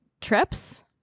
trips